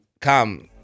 Come